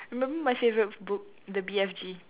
remember my favorite book the B_F_G